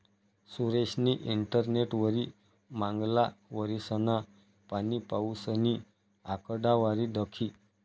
सुरेशनी इंटरनेटवरी मांगला वरीसना पाणीपाऊसनी आकडावारी दखी